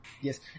Yes